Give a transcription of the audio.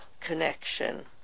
connection